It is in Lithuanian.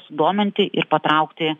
sudominti ir patraukti